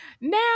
Now